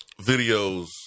videos